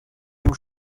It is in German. dem